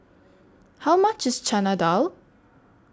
How much IS Chana Dal